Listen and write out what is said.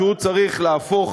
שהוא צריך להפוך